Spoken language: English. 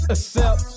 Accept